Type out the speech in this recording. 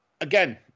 again